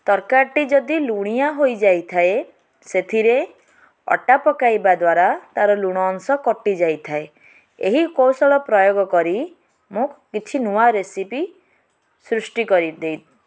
ତରକାରୀଟି ଯଦି ଲୁଣିଆ ହୋଇ ଯାଇଥାଏ ସେଥିରେ ଅଟା ପକାଇବା ଦ୍ଵାରା ତାର ଲୁଣ ଅଂଶ କଟିଯାଇଥାଏ ଏହି କୌଶଳ ପ୍ରୟୋଗ କରି ମୁଁ କିଛି ନୂଆ ରେସିପି ସୃଷ୍ଟି କରିଦିଏ